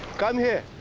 come here!